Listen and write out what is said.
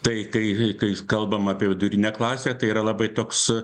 tai kai kai kalbam apie vidurinę klasę tai yra labai toks